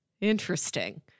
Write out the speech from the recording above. Interesting